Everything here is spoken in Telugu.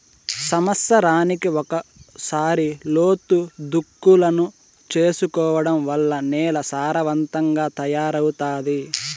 సమత్సరానికి ఒకసారి లోతు దుక్కులను చేసుకోవడం వల్ల నేల సారవంతంగా తయారవుతాది